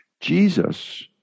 Jesus